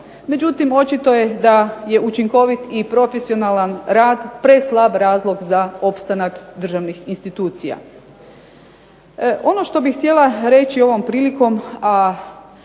Međutim, očito je da je učinkovit i profesionalan rad, preslab razlog za opstanak državnih institucija. Ono što bih htjela reći ovom prilikom